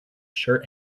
shirt